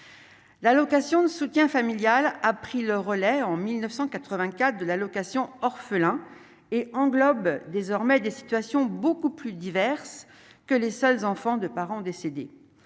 l'allocation de soutien familial a pris le relais en 1984 de l'allocation orphelin et englobe désormais des situations beaucoup plus diverses que les seuls enfants de parents décédés,